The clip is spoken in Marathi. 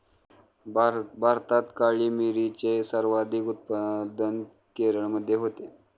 भारतात काळी मिरीचे सर्वाधिक उत्पादन केरळमध्ये होते